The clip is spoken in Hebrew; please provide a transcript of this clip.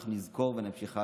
אנחנו נזכור ונמשיך הלאה.